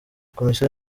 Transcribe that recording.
komisiyo